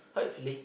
hopefully